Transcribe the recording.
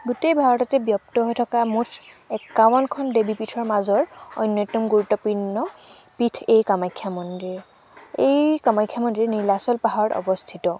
গোটেই ভাৰততে ব্যপ্ত হৈ থকা মুঠ একাৱন্নখন দেৱীপীঠৰ মাজৰ অন্যতম গুৰুত্বপূৰ্ণ এই পীঠ কামাখ্যা মন্দিৰ এই কামাখ্যা মন্দিৰ নীলাচল পাহাৰত অৱস্থিত